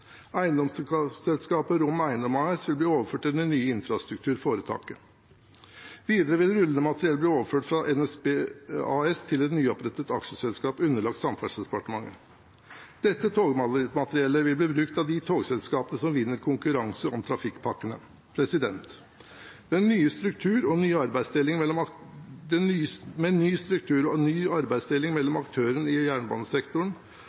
Eiendomsselskapet ROM Eiendom AS vil bli overført til det nye infrastrukturforetaket. Videre vil rullende materiell bli overført fra NSB AS til et nyopprettet aksjeselskap underlagt Samferdselsdepartementet. Dette togmateriellet vil bli brukt av de togselskapene som vinner konkurranse om trafikkpakkene. Med ny struktur og ny arbeidsdeling mellom